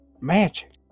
magic